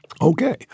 Okay